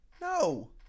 No